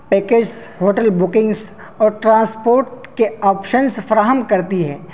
package hotel bookings اور transport کے options فراہم کرتی ہیں